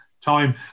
time